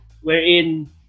Wherein